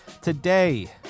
Today